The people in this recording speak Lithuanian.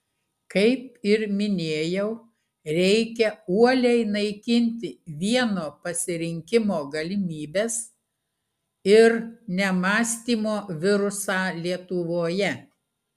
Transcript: kaip ir minėjau reikia uoliai naikinti vieno pasirinkimo galimybės ir nemąstymo virusą lietuvoje